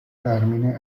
termine